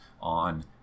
on